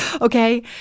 okay